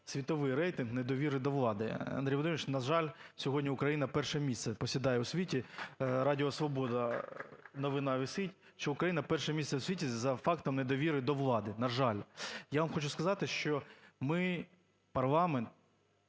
світовий рейтинг недовіри до влади. Андрій Володимирович, на жаль, сьогодні Україна перше місце посідає в світі. Радіо "Свобода", новина висить, що Україна перше місце в світі за фактом недовіри до влади. На жаль! Я вам хочу сказати, що ми, парламент,